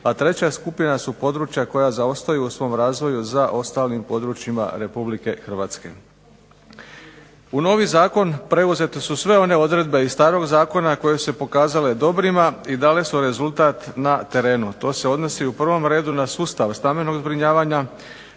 a treća skupina su područja koja zaostaju u svom razvoju za ostalim područjima Republike Hrvatske. U novi zakon preuzete su sve one odredbe iz starog zakona koje su se pokazale dobrima, i dale su rezultat na terenu, to se odnosi u prvom redu na sustav stambenog zbrinjavanja